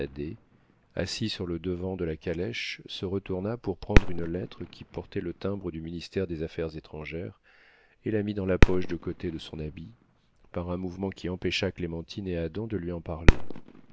assis sur le devant de la calèche se retourna pour prendre une lettre qui portait le timbre du ministère des affaires étrangères et la mit dans la poche de côté de son habit par un mouvement qui empêcha clémentine et adam de lui en parler